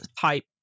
Type